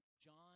John